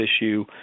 issue